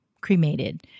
cremated